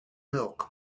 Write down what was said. milk